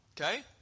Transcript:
Okay